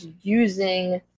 using